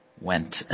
went